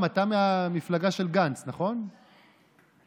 רבותיי, כשאתה נכנס היום לסופר ואתה רואה את